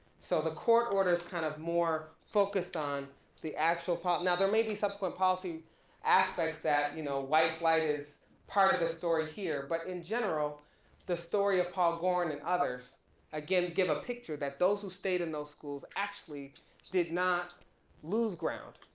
so the court orders kind of more focused on the actual, now there may be subsequent policy aspects that, you know, white flight is part of the story here, but in general the story of paul goren and others again, give a picture that those who stayed in those schools actually did not lose ground,